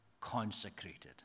consecrated